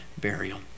burial